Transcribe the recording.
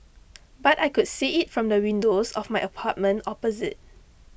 but I could see it from the windows of my apartment opposite